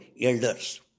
elders